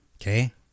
Okay